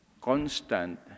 constant